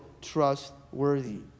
trustworthy